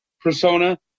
persona